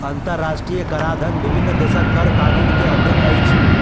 अंतरराष्ट्रीय कराधन विभिन्न देशक कर कानून के अध्ययन अछि